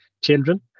children